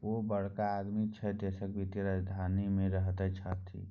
ओ बड़का आदमी छै देशक वित्तीय राजधानी मे रहैत छथि